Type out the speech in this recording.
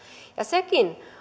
ja sekin